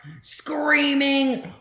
screaming